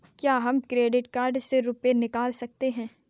क्या हम credit card से रुपये निकाल सकते हैं?